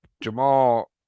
jamal